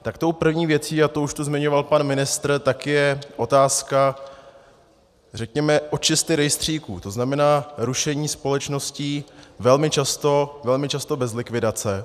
Tak tou první věcí, a to už tady zmiňoval pan ministr, je otázka, řekněme, očisty rejstříků, to znamená rušení společností velmi často bez likvidace.